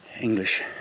english